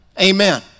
Amen